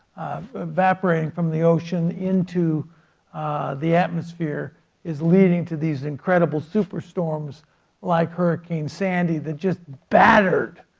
evaporated from the ocean into the atmosphere is leading to these incredible super storms like hurricane sandy that just battered